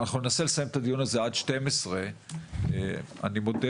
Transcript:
ואנחנו ננסה לסיים את הדיון הזה עד 12:00. אני מודה